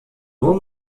nur